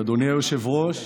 אדוני היושב-ראש,